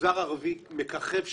המגזר הערבי מככב שם.